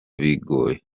bigoye